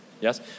Yes